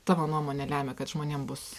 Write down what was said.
tavo nuomone lemia kad žmonėm bus